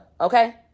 Okay